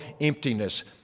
emptiness